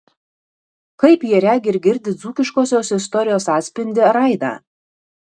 kaip jie regi ir girdi dzūkiškosios istorijos atspindį ar aidą